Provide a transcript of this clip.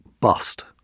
Bust